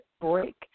break